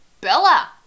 Bella